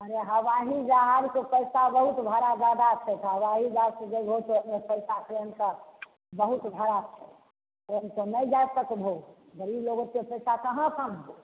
हवाइ जहाजके पैसा बहुत भाड़ा जादा छै तऽ हवाइ जहाज सँ जैबहो तऽ ओहिमे पैसा ट्रैनसँ बहुत भाड़ा प्लनेसँ नहि जा सकबहो गरीब लोग ओत्ते पैसा कहाँ सँ अनबो